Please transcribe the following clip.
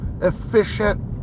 efficient